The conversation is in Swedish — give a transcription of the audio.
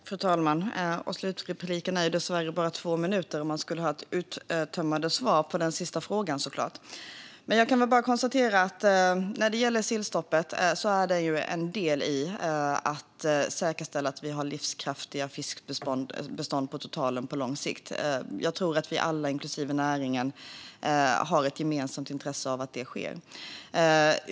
Fru talman! Mitt slutanförande är dessvärre bara två minuter - om jag ska ge ett uttömmande svar på den sista frågan. Men jag kan konstatera att sillstoppet är en del i att säkerställa att det finns livskraftiga fiskbestånd på lång sikt. Jag tror att vi alla, inklusive näringen, har ett gemensamt intresse av att det sker.